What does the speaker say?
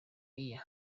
year